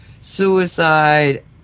suicide